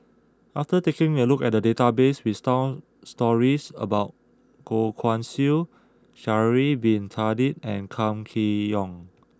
after taking a look at the database we found stories about Goh Guan Siew Sha'ari bin Tadin and Kam Kee Yong